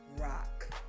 rock